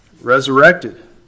resurrected